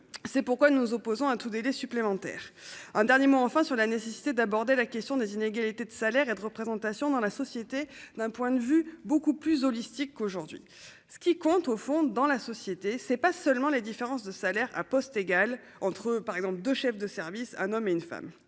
C'est pourquoi nous opposons à tout délai supplémentaire. Un dernier mot enfin sur la nécessité d'aborder la question des inégalités de salaires et de représentation dans la société, d'un point de vue beaucoup plus holistique aujourd'hui ce qui compte au fond dans la société, c'est pas seulement les différences de salaire à poste égal entre par exemple de chef de service, un homme et une femme,